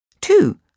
Two